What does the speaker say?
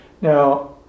Now